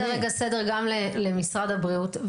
אז בואו נעשה רגע סדר גם למשרד הבריאות.